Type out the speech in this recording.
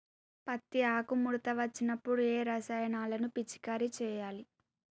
పత్తి ఆకు ముడత వచ్చినప్పుడు ఏ రసాయనాలు పిచికారీ చేయాలి?